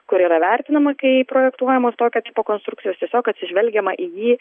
kuri yra vertinama kai projektuojamos tokio tipo konstrukcijos tiesiog atsižvelgiama į jį